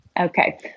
Okay